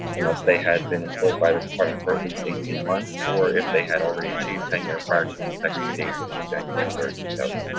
unless they had been employed by the department for at least eighteen months or if they had already achieved tenure prior to the effective date, which is january three, two thousand